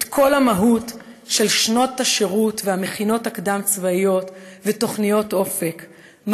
את כל המהות של שנות השירות והמכינות הקדם-צבאיות ותוכניות אופק,